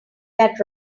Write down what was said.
that